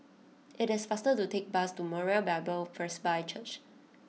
it is faster to take the bus to Moriah Bible First by Church